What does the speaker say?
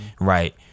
right